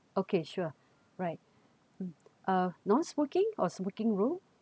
okay sure right uh non smoking or smoking room